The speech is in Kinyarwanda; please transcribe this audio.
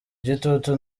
igitutu